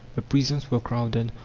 the prisons were crowded,